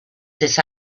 sit